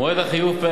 מועד החיוב: